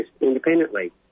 independently